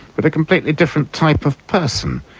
but a completely different type of person.